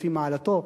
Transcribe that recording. לפי מעלתו,